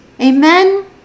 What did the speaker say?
amen